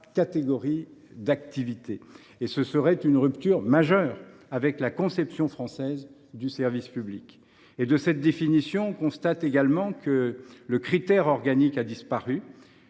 catégories d’activités. Cela constituerait une rupture majeure avec la conception française du service public. De cette définition, on constate également que le critère organique a disparu.